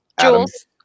Jules